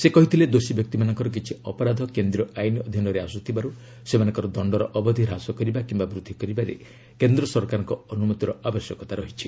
ସେ କହିଥିଲେ ଦୋଷୀ ବ୍ୟକ୍ତିମାନଙ୍କର କଛି ଅପରାଧ କେନ୍ଦ୍ରୀୟ ଆଇନ୍ ଅଧୀନରେ ଆସୁଥିବାରୁ ସେମାନଙ୍କର ଦଶ୍ଚର ଅବଧି ହ୍ରାସ କରିବା କିମ୍ବା ବୃଦ୍ଧି କରିବାରେ କେନ୍ଦ୍ର ସରକାରଙ୍କ ଅନୁମତିର ଆବଶ୍ୟକତା ରହିଛି